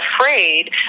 afraid